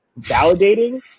validating